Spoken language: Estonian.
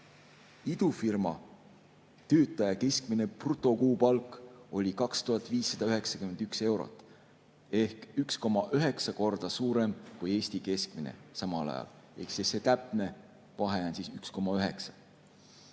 Idufirma töötaja keskmine brutopalk oli 2591 eurot ehk 1,9 korda suurem kui Eesti keskmine samal ajal. (Ehk siis see täpne vahe on 1,9.